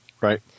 Right